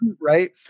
right